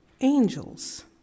angels